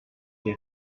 j’ai